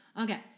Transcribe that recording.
Okay